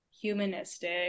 humanistic